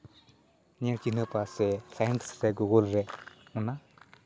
ᱧᱮᱞ ᱪᱤᱱᱦᱟᱹᱯᱟ ᱥᱮ ᱥᱟᱭᱮᱱᱥ ᱨᱮ ᱜᱩᱜᱩᱞ ᱨᱮ ᱚᱱᱟ